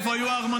איפה היו הארמונות?